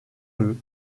eux